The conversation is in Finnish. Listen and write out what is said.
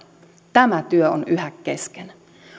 tämä työ on yhä kesken